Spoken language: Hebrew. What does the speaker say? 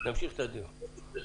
האם